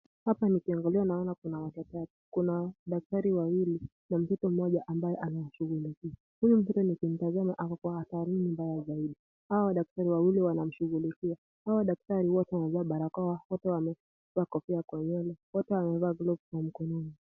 Hapa nikiangalia ninaona kuna daktari wawili na mtoto mmoja ambaye anashughulikiwa. Huyu mtoto nikimtazama ako kwa hali mbaya zaidi. Hawa daktari wawili wanamshughulikia . Hawa daktari wako wamevaa barakoa wako wamevaa kofia kwa nywele wako pia wamevaa glovu kwa mikononi.